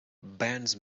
bands